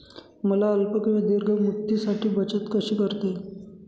मला अल्प किंवा दीर्घ मुदतीसाठी बचत कशी करता येईल?